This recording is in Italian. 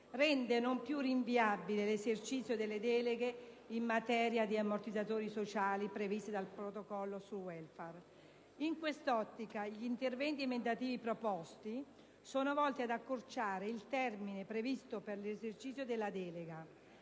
rende non più rinviabile l'esercizio delle deleghe in materia di ammortizzatori sociali, previsti dal protocollo sul *Welfare*. In quest'ottica gli interventi emendativi proposti sono volti ad accorciare il termine previsto per l'esercizio della delega.